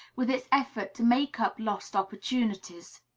with its effort to make up lost opportunities.